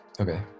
Okay